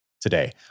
today